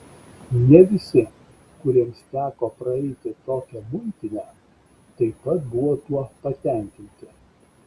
ne visi kuriems teko praeiti tokią muitinę taip pat buvo tuo patenkinti